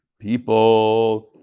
people